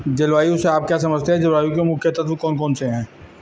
जलवायु से आप क्या समझते हैं जलवायु के मुख्य तत्व कौन कौन से हैं?